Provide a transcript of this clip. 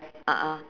a'ah